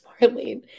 Marlene